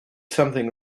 something